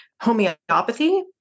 Homeopathy